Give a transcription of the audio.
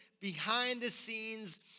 behind-the-scenes